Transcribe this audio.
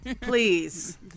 please